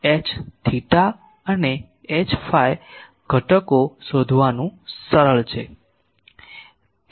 તેથી આમાંથી Hr Hθ અને Hϕ ઘટકો શોધવાનું સરળ છે